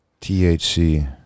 THC